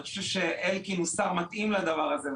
אני חושב שאלקין הוא שר מתאים לדבר הזה,